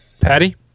Patty